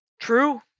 True